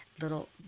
little